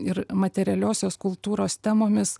ir materialiosios kultūros temomis